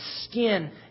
skin